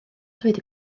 dweud